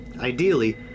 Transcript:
Ideally